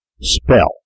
spell